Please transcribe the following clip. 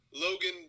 Logan